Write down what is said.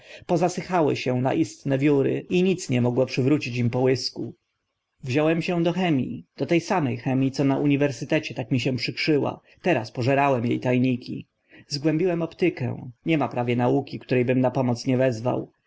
tłuste pozsychały się na istne wióry i nic nie mogło przywrócić im połysku wziąłem się do chemii do te same chemii co w uniwersytecie tak mi się przykrzyła teraz pożerałem e ta niki zgłębiłem optykę nie ma prawie nauki które bym na pomoc nie wezwał